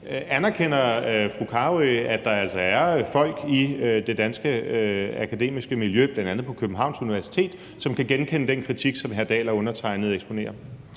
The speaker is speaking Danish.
Anerkender fru Astrid Carøe, at der altså er folk i det danske akademiske miljø, bl.a. på Københavns Universitet, som kan genkende den kritik, som hr. Henrik Dahl og undertegnede er eksponenter